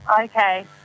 Okay